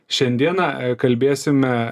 šiandieną kalbėsime